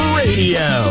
radio